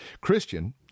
Christian